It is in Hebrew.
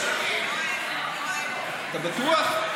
אתה בטוח?